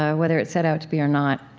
ah whether it's set out to be or not,